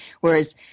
Whereas